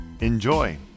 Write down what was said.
Enjoy